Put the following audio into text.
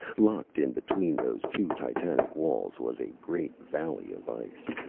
locked in between those two titanic walls was a great valley of ice.